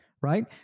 Right